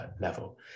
level